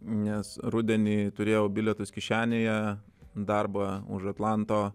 nes rudenį turėjau bilietus kišenėje darbą už atlanto